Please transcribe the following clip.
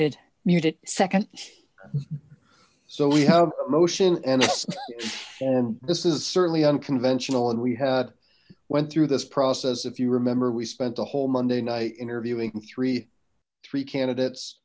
muted second so we have motion and a and this is certainly unconventional and we had went through this process if you remember we spent a whole monday night interviewing three three candidates